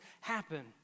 happen